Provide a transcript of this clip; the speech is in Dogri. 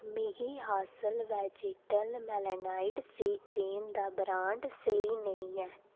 मिगी हासल वैजेटल मेलानाइट सी क्रीम दा ब्रैंड स्हेई नेईं ऐ